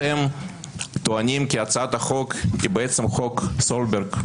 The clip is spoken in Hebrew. אתם טוענים כי הצעת החוק היא בעצם "חוק סולברג".